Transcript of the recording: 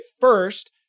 first